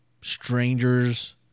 strangers